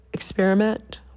Experiment